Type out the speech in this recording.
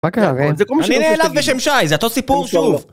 ‫מה קרה? ‫-אני נעלב בשם שי, זה אותו סיפור שוב.